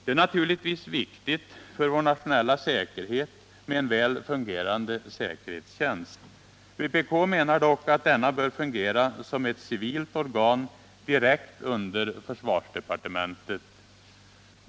Det är naturligtvis viktigt för vår nationella säkerhet med en väl fungerande säkerhetstjänst. Vpk menar dock att denna bör fungera som ett civilt organ direkt under försvarsdepartementet.